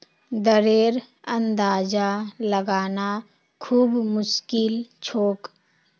दरेर अंदाजा लगाना खूब मुश्किल छोक